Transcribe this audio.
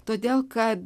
todėl kad